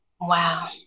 Wow